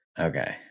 Okay